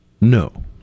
No